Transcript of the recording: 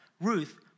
Ruth